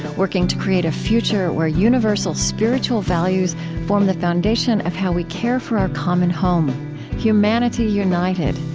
working to create a future where universal spiritual values form the foundation of how we care for our common home humanity united,